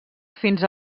fins